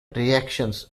reactions